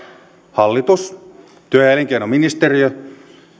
hallitus ja työ ja elinkei noministeriö